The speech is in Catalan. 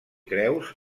creus